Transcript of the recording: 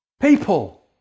People